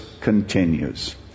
continues